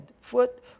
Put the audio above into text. foot